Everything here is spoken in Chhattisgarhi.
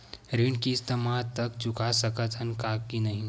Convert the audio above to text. ऋण किस्त मा तक चुका सकत हन कि नहीं?